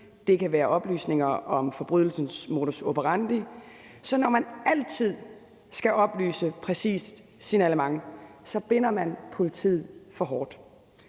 Det kan være oplysninger om forbrydelsens modus operandi. Så når man altid skal oplyse et præcist signalement, binder man politiet for hårdt,